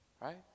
right